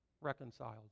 reconciled